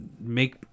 make